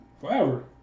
forever